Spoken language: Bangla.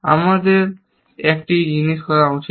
আমাদের এখানে একই জিনিস করা উচিত